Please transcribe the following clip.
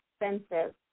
expensive